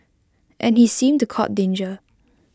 and he seemed to court danger